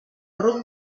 ruc